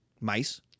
mice